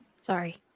Sorry